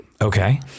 Okay